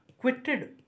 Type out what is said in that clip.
quitted